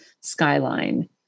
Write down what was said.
skyline